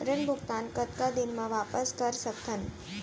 ऋण भुगतान कतका दिन म वापस कर सकथन?